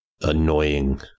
annoying